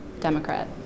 Democrat